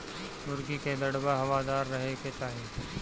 मुर्गी कअ दड़बा हवादार रहे के चाही